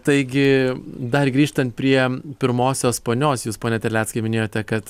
taigi dar grįžtant prie pirmosios ponios jūs pone terleckai minėjote kad